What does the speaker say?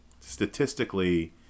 statistically